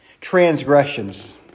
transgressions